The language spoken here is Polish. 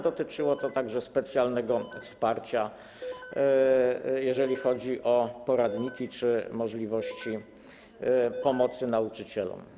Dotyczy to także specjalnego wsparcia, jeżeli chodzi o poradniki czy możliwość pomocy nauczycielom.